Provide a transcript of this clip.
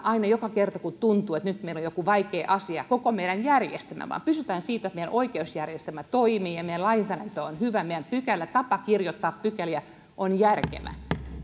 aina joka kerta kun tuntuu että nyt meillä on jokin vaikea asia muuta koko meidän järjestelmää vaan pysymme siinä että meidän oikeusjärjestelmä toimii meidän lainsäädäntö on hyvä ja meidän tapamme kirjoittaa pykäliä on järkevä